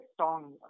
song